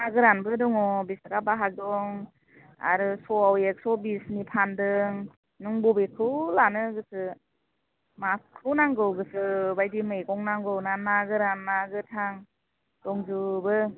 ना गोरानबो दङ बिस थाखा बाहाग दं आरो स'आव एक्स' बिसनि फानदों नों बबेखौ लानो गोसो माखौ नांगौ गोसो बायदि मैगं नांगौ ना ना गोरान ना गोथां दंजोबो